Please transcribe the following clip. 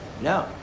No